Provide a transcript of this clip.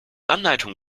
anleitung